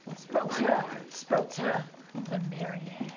spoke yeah spoke to the myriad,